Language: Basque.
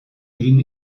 egin